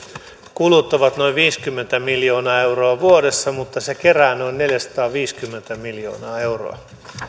kulut ovat noin viisikymmentä miljoonaa euroa vuodessa mutta se kerää noin neljäsataaviisikymmentä miljoonaa euroa